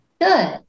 Good